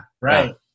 Right